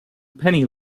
penny